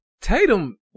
Tatum